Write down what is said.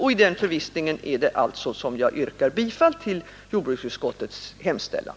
I denna förvissning är det alltså som jag yrkar bifall till jordbruksutskottets hemställan.